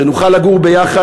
שנוכל לגור ביחד,